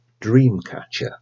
Dreamcatcher